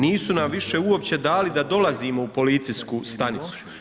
Nisu nam više uopće dali da dolazimo u policijsku stanicu.